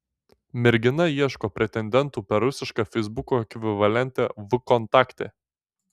mergina ieško pretendentų per rusišką feisbuko ekvivalentą vkontakte